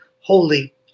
holy